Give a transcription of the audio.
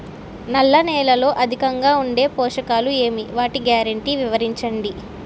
నల్ల నేలలో అధికంగా ఉండే పోషకాలు ఏవి? వాటి గ్యారంటీ వివరించండి?